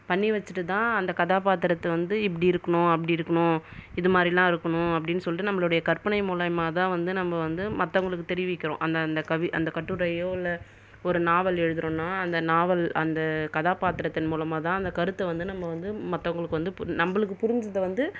பண்ணி வச்சுட்டு தான் அந்த கதாபாத்திரத்தை வந்து இப்படி இருக்கணும் அப்படி இருக்கணும் இது மாதிரி எல்லாம் இருக்கனும் அப்படின்னு சொல்லிட்டு நம்மளோடைய கற்பனை மூலியமா தான் வந்து நம்ம வந்து மற்றவங்களுக்கு தெரிவிக்கிறோ அந்தந்த கட்டுரையோ இல்லை ஒரு நாவல் எழுதுகிறோனா அந்த நாவல் அந்த கதாபாத்திரத்தின் மூலிமாக தான் அந்த கருத்தை வந்து நம்ம வந்து மற்றவங்களுக்கு வந்து நம்மளுக்கு புரிஞ்சதை வந்து